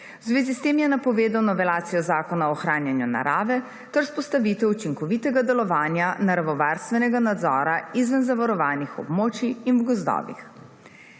zvezi s tem je napovedal novelacijo Zakona o ohranjanju narave ter vzpostavitev učinkovitega delovanja naravovarstvenega nadzora izven zavarovanih območij in v gozdovih.